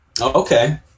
Okay